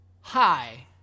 Hi